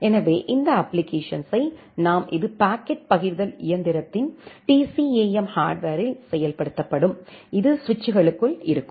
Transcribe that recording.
எனவே இந்த அப்ப்ளிகேஷன்யை நாம் அதனுடன் தொடர்புடைய ரூல்ஸுக்கு மேப்பிங் செய்ய வேண்டும் இது பாக்கெட் பகிர்தல் இயந்திரத்தின் TCAM ஹார்ட்வரில் செயல்படுத்தப்படும் இது சுவிட்சுகளுக்குள் இருக்கும்